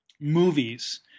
movies